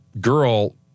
girl